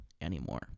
anymore